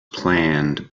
planned